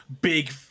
big